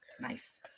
Nice